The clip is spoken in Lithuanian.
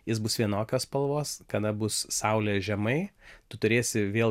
jis bus vienokios spalvos kada bus saulė žemai tu turėsi vėl